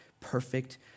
perfect